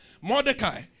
Mordecai